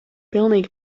pilnīgi